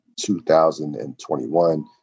2021